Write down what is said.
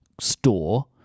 store